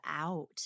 out